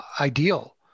ideal